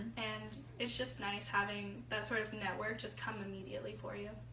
and it's just nice having that sort of network just come immediately for you.